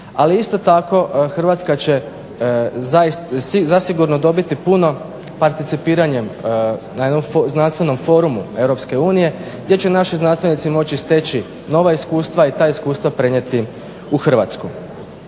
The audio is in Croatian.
Ali isto tako Hrvatska će zasigurno dobiti puno participiranjem na jednom znanstvenom forumu EU gdje će naši znanstvenici moći steći nova iskustva i ta iskustva prenijeti u Hrvatsku.